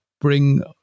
bring